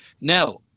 Now